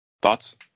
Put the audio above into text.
Thoughts